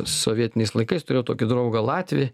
sovietiniais laikais turėjau tokį draugą latvį